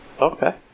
Okay